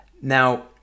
Now